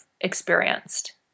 experienced